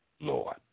Lord